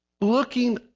looking